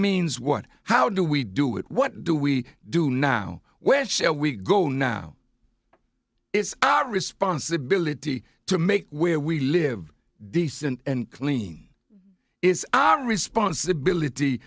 means what how do we do it what do we do now where shall we go now it's our responsibility to make where we live decent and clean it's our responsibility